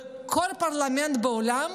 בכל פרלמנט בעולם,